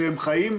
שהם חיים,